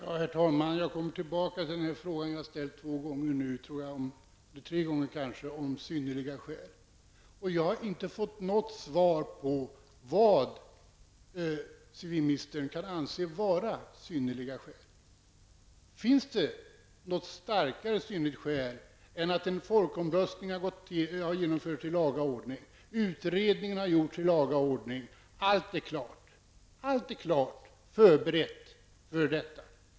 Herr talman! Jag kommer tillbaka till frågan som jag har ställt två gånger om synnerliga skäl. Jag har inte fått något svar på vad civilministern kan anse vara synnerliga skäl. Finns det något starkare synnerligt skäl än att en folkomröstning har genomförts i laga ordning, utredning har gjorts i laga ordning, allt är klart och förberett för en delning?